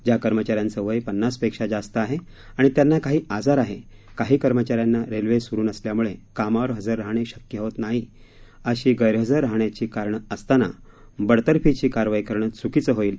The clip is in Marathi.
ज्या कर्मचाऱ्यांचे वय पन्नास वर्षापेक्षा जास्त आहे आणि त्यांना काही आजार आहे काही कर्मचाऱ्यांना रेल्वे स्रू नसल्यामुळे कामावर हजर राहणे शक्य होत नाही अशी गैरहजर राहण्याची कारणं असताना बडतर्फीची कारवाई करणे च्कीचं होईल